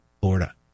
Florida